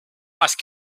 ice